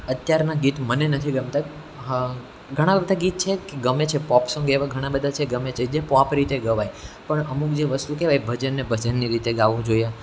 અત્યારના ગીત મને નથી ગમતા ઘણા બધા ગીત છે કે ગમે છે પોપ સોંગ એવા ઘણા બધા છે ગમે છે જે પોપ રીતે ગવાય પણ અમુક જે વસ્તુ કહેવાય ભજનને ભજનની રીતે ગાવું જોઈએ